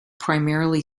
primarily